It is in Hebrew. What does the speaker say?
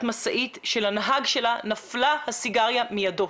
משאית שלנהג שלה נפלה הסיגריה מידו.